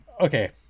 Okay